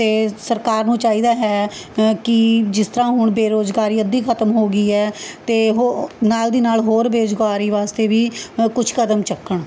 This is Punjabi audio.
ਅਤੇ ਸਰਕਾਰ ਨੂੰ ਚਾਹੀਦਾ ਹੈ ਕਿ ਜਿਸ ਤਰ੍ਹਾਂ ਹੁਣ ਬੇਰੁਜ਼ਗਾਰੀ ਅੱਧੀ ਖਤਮ ਹੋ ਗਈ ਹੈ ਅਤੇ ਉਹ ਨਾਲ਼ ਦੀ ਨਾਲ਼ ਹੋਰ ਬੇਰੁਜ਼ਗਾਰੀ ਵਾਸਤੇ ਵੀ ਕੁਛ ਕਦਮ ਚੱਕਣ